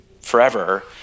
forever